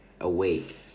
awake